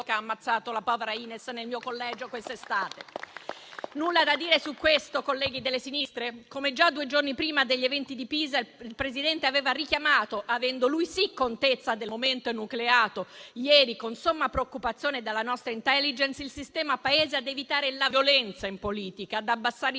che ha ammazzato la povera Ines nel mio collegio quest'estate. Nulla da dire su questo, colleghi delle sinistre? Come già due giorni prima degli eventi di Pisa, il Presidente - avendo, lui sì, contezza del momento enucleato ieri con somma preoccupazione dalla nostra *Intelligence* - aveva richiamato il sistema Paese ad evitare la violenza in politica, ad abbassare i